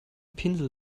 pinsel